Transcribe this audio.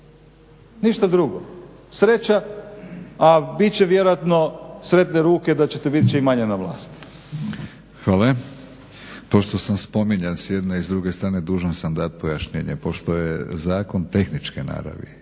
ništa drugo. Sreća a bit će vjerojatno sretne ruke da ćete bit čim manje na vlasti. **Batinić, Milorad (HNS)** Hvala. Pošto sam spominjan s jedne i s druge strane dužan sam dati pojašnjenje. Pošto je zakon tehničke naravi